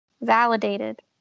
validated